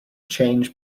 change